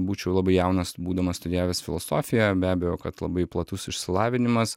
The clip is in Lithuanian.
būčiau labai jaunas būdamas studijavęs filosofiją be abejo kad labai platus išsilavinimas